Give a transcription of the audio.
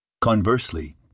Conversely